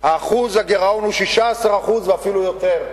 שיעור הגירעון הוא 16% ואפילו יותר.